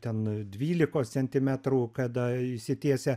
ten dvylikos centimetrų kada išsitiesia